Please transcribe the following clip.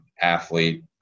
athlete